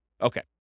Okay